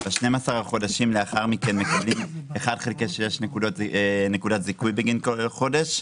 ב-12 חודשים לאחר מכן מקבלים 1/6 נקודת זיכוי בגין כל חודש,